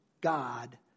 God